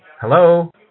Hello